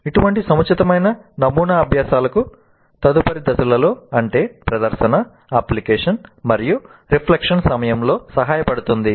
ఇటువంటి సముచితమైన నమూనా అభ్యాసకులకు తదుపరి దశలలో అంటే ప్రదర్శన అప్లికేషన్ మరియు రిఫ్లెక్షన్ సమయంలో సహాయపడుతుంది